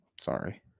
Sorry